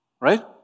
Right